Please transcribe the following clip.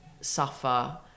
suffer